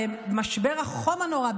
במשבר החום הנורא,